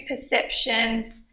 perceptions